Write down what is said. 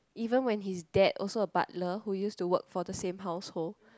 even when his dad also a butler who use to work for the same household